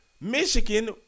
Michigan